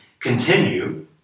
continue